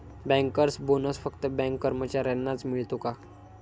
Bankers bonus फक्त bank कर्मचाऱ्यांनाच मिळतो का?